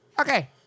Okay